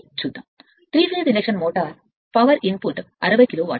3 phase ప్రేరణ motor power input 60 కిలోవాట్లు